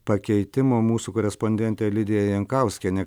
pakeitimo mūsų korespondentė lidija jankauskienė